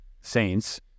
Saints